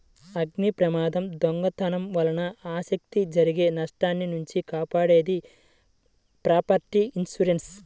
అగ్నిప్రమాదం, దొంగతనం వలన ఆస్తికి జరిగే నష్టాల నుంచి కాపాడేది ప్రాపర్టీ ఇన్సూరెన్స్